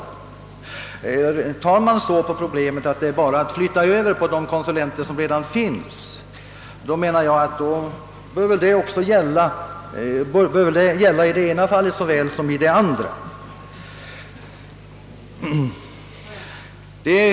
Om man ser så på problemet att det bara är en fråga om att flytta över uppgifterna på de konsulenter som redan finns, så bör väl detta gälla såväl i ena som i andra fallet.